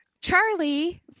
Charlie